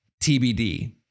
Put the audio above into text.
TBD